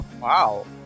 Wow